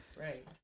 Right